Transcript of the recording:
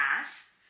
pass